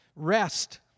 Rest